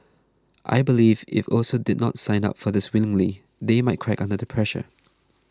I believe if also did not sign up for this willingly they might crack under the pressure